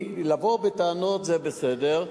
לבוא בטענות זה בסדר,